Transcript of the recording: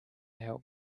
help